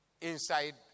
inside